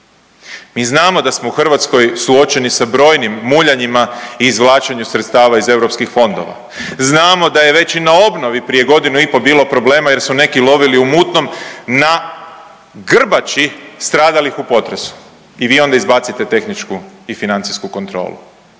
Mi znamo da smo u Hrvatskoj suočeni sa brojnim muljanjima i izvlačenju sredstava iz europskih fondova, znamo da je već i na obnovi prije godinu i po bilo problema jer su neki lovili u mutnom na grbači stradalih u potresu i vi onda izbacite tehničku i financijsku kontrolu.